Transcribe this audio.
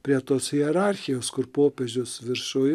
prie tos hierarchijos kur popiežius viršuj